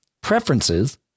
preferences